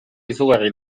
izugarri